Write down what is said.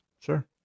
Sure